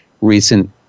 recent